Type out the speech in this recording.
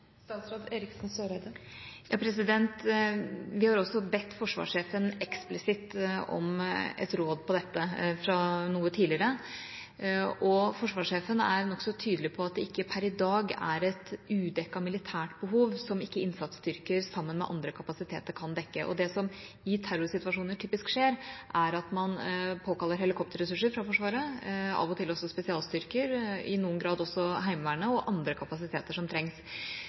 Vi har også bedt forsvarssjefen eksplisitt om et råd på dette fra noe tidligere. Forsvarssjefen er nokså tydelig på at det ikke per i dag er et udekket militært behov som ikke innsatsstyrker sammen med andre kapasiteter kan dekke. Det som i terrorsituasjoner typisk skjer, er at man påkaller helikopterressurser fra Forsvaret og av og til også spesialstyrker, i noen grad også Heimevernet og andre kapasiteter som trengs.